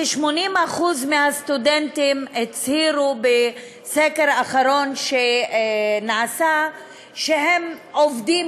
כ-80% מהסטודנטים הצהירו בסקר האחרון שנעשה שהם גם עובדים,